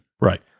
Right